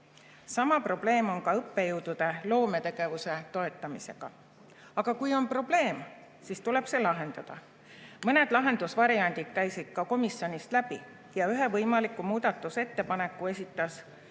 Sama probleem on ka õppejõudude loometegevuse toetamisega. Aga kui on probleem, siis tuleb see lahendada. Mõned lahendusvariandid käisid ka komisjonist läbi. Ühe võimaliku muudatusettepaneku esitas